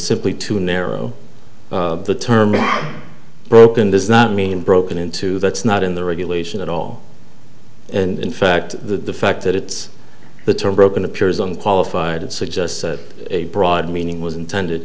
simply too narrow the term broken does not mean broken into that's not in the regulation at all and in fact the fact that it's the term broken appears unqualified it suggests a broad meaning was intended